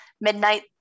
Midnight